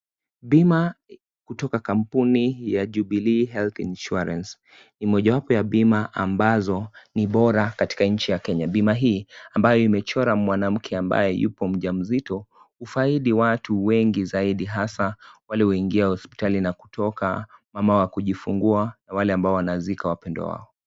Bima kutoka kampuni ya Jubilee Health Insurance ni mojapo ya bima ambazo ni bora katika nchi ya Kenya. Bima hii, ambayo umechora mwanamuke ambaye yupo mjamzito ufaidi watu wengi zaidi hasa wale waingia hospitali na kutoka, mamawa kujifungua na wale ambao wanazika wapendwa wao.